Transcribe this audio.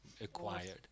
acquired